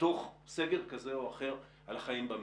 בתוך סגר כזה או אחר על החיים במשק.